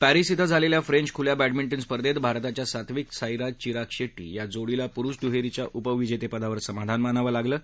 Paris िब्झालेल्या French खुल्या badminton स्पर्धेत भारताच्या सात्विक साईराज चिराग शेष्टी या जोडीला पुरुष दुहेरीच्या उपविजेतेपदावर समाधान मानावं लागलं आहे